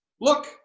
Look